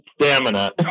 Stamina